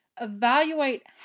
Evaluate